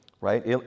Right